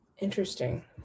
Interesting